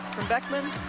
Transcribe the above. beckman